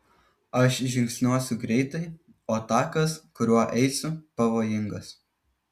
aš žingsniuosiu greitai o takas kuriuo eisiu pavojingas